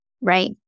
Right